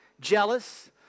jealous